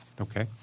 Okay